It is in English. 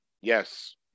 yes